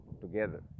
together